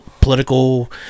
political